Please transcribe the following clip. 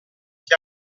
che